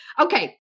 Okay